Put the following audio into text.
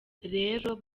rero